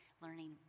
learning